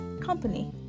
company